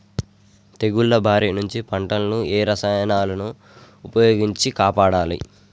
తెగుళ్ల బారి నుంచి పంటలను ఏ రసాయనాలను ఉపయోగించి కాపాడాలి?